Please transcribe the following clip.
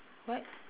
what